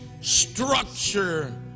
structure